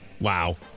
Wow